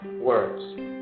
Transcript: words